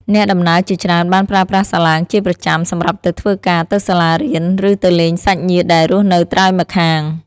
អ្នកដំណើរជាច្រើនបានប្រើប្រាស់សាឡាងជាប្រចាំសម្រាប់ទៅធ្វើការ ទៅសាលារៀន ឬទៅលេងសាច់ញាតិដែលរស់នៅត្រើយម្ខាង។